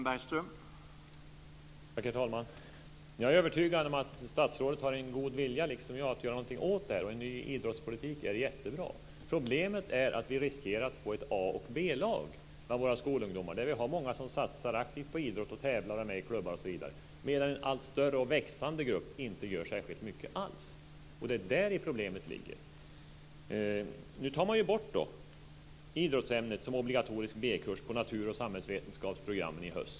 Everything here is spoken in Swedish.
Herr talman! Jag är övertygad om att statsrådet, liksom jag, har en god vilja att göra något åt det här. En ny idrottspolitik är jättebra. Problemet är att vi riskerar att få ett A och B-lag bland våra skolungdomar. Många satsar aktivt, tävlar och är med i klubbar, medan en allt större och växande grupp inte gör särskilt mycket alls. Det är däri problemet ligger. Nu tar man bort idrottsämnet som obligatorisk B kurs på natur och samhällsvetenskapsprogrammen i höst.